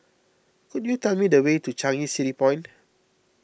could you tell me the way to Changi City Point